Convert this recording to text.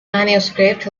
manuscript